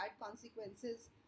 consequences